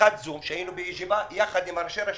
שיחת זום כשהיינו בישיבה יחד עם ראשי הרשויות,